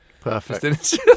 Perfect